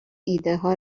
ایدهها